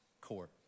court